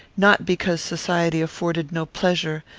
not because society afforded no pleasure,